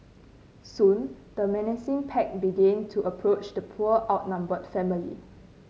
soon the menacing pack began to approach the poor outnumbered family